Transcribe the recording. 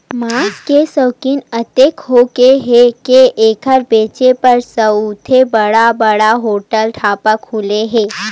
मांस के सउकिन अतेक होगे हे के एखर बेचाए बर सउघे बड़ बड़ होटल, ढाबा खुले हे